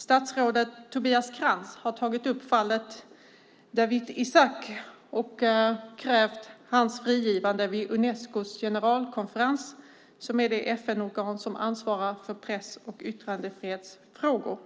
Statsrådet Tobias Krantz har tagit upp fallet Dawit Isaak och krävt hans frigivande vid Unescos generalkonferens. Unesco är det FN-organ som ansvarar för press och yttrandefrihetsfrågor.